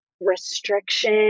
restriction